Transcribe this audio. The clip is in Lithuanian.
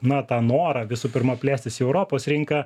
na tą norą visų pirma plėstis į europos rinką